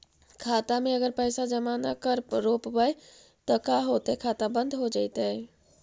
खाता मे अगर पैसा जमा न कर रोपबै त का होतै खाता बन्द हो जैतै?